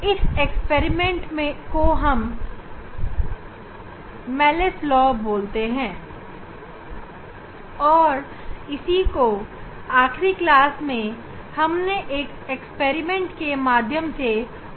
इस प्रयोग को हम मेलस लॉ कहते हैं और इसी को आखिरी क्लास में हमने एक प्रयोग के माध्यम से सत्यापित भी किया